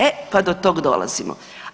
E pa do tog dolazimo.